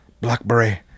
blackberry